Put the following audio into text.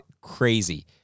Crazy